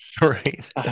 right